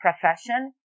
profession